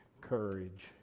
courage